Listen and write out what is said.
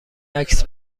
عکس